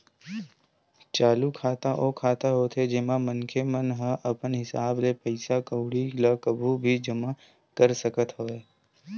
चालू खाता ओ खाता होथे जेमा मनखे मन ह अपन हिसाब ले पइसा कउड़ी ल कभू भी जमा कर सकत हवय